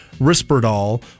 Risperdal